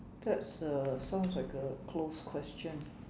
that's uh sounds like a closed question